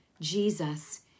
Jesus